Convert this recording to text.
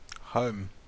Home